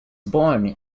born